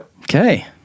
Okay